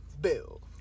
Bill